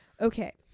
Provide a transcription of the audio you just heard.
Okay